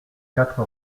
quatre